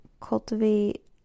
cultivate